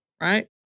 right